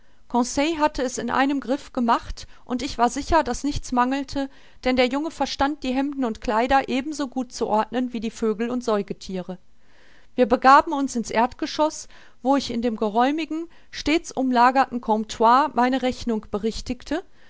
hatte es in einem griff gemacht und ich war sicher daß nichts mangelte denn der junge verstand die hemden und kleider ebenso gut zu ordnen wie die vögel und säugethiere wir begaben uns in's erdgeschoß wo ich in dem geräumigen stets umlagerten comptoir meine rechnung berichtigte